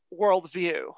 worldview